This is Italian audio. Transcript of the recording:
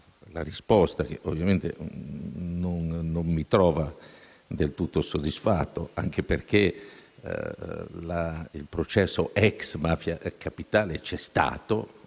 la risposta che ovviamente non mi trova del tutto soddisfatto anche perché il processo ex Mafia Capitale c’è stato,